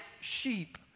sheep